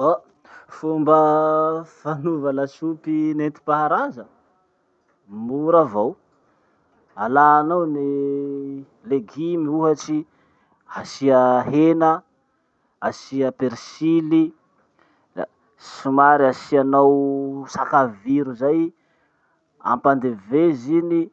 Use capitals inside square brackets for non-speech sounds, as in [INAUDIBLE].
Ah Fomba [LAUGHS] fanova lasopy nentim-paharaza. Mora avao. Alanao ny legume ohatsy asia hena, asia persil, da somary asianao sakaviro zay, ampadevezy iny,